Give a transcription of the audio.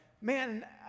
man